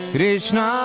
Krishna